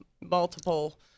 multiple